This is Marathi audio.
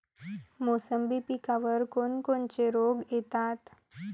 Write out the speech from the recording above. मोसंबी पिकावर कोन कोनचे रोग येतात?